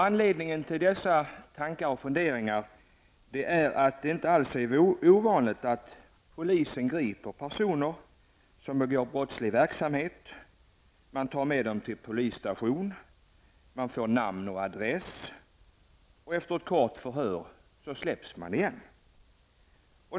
Anledningen till dessa tankar är att det inte alls är ovanligt att polisen griper personer som begår brott, tar med dem till polisstationen, får uppgifter om namn och adress och efter ett kort förhör släpper dem igen.